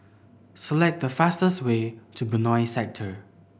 select the fastest way to Benoi Sector